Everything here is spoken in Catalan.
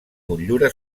motllura